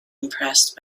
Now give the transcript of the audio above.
impressed